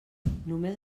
només